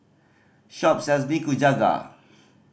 shop sells Nikujaga